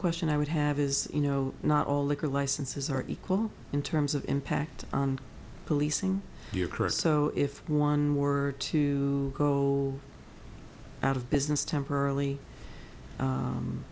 question i would have is you know not all liquor licenses are equal in terms of impact on policing your career so if one were to go out of business temporarily